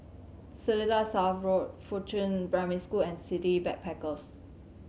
Seletar South Road Fuchun Primary School and City Backpackers